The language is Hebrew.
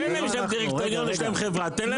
יש להם דירקטוריון, יש להם חברה, תן להם להתנהל.